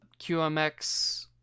QMX